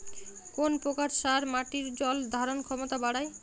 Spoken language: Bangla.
কোন প্রকার সার মাটির জল ধারণ ক্ষমতা বাড়ায়?